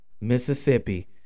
Mississippi